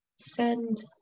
send